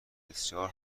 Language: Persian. بسیار